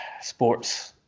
sports